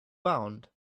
bound